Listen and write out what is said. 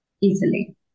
easily